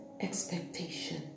expectation